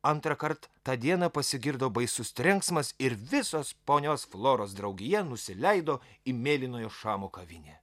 antrąkart tą dieną pasigirdo baisus trenksmas ir visos ponios floros draugija nusileido į mėlynojo šamo kavinę